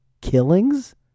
killings